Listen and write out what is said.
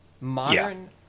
modern